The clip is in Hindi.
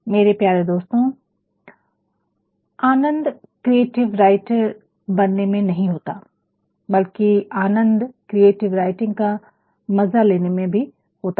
मेरे प्यारे दोस्तों आनंद क्रिएटिव राइटर बनने में नहीं होता है बल्कि आनंद क्रिएटिव राइटिंग का मजा लेने में भी होता है